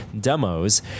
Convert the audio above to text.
demos